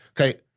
okay